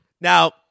Now